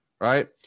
right